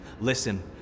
Listen